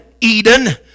Eden